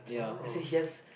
ya as in he has